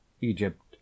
Egypt